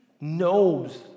knows